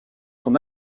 son